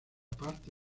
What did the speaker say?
parte